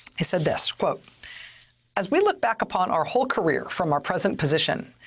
they said this, quote as we look back upon our whole career from our present position,